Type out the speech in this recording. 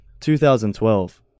2012